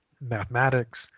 mathematics